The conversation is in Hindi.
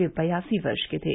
वे बयासी वर्ष के थे